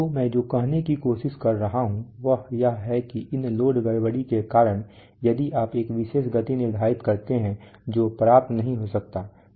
तो मैं जो कहने की कोशिश कर रहा हूं वह यह है कि इन लोड डिस्टरबेंस के कारण यदि आप एक विशेष गति निर्धारित करते हैं जो प्राप्त नहीं हो सकती है